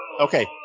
Okay